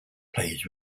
plays